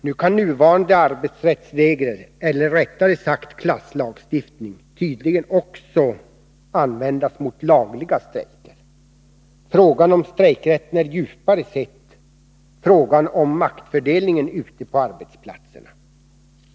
Nu kan nuvarande arbetsrättsregler, eller rättare sagt klasslagstiftning, tydligen också användas mot lagliga strejker. Frågan om strejkrätten är djupare sett frågan om maktfördelningen ute på arbetsplatserna.